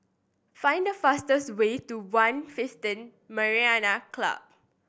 find the fastest way to One Club